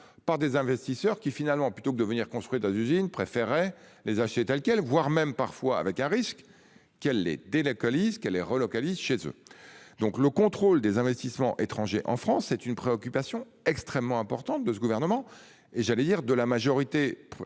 par des investisseurs qui finalement plutôt que de venir construire des usines préférait les. Quelle voire même parfois avec un risque qu'les dès la colline elle elle relocalise chez eux donc le contrôle des investissements étrangers en France, c'est une préoccupation extrêmement importante de ce gouvernement et j'allais dire de la majorité